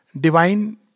divine